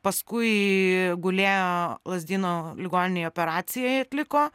paskui gulėjo lazdynų ligoninėj operaciją jai atliko